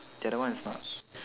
the other one is not